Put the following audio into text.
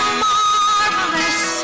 marvelous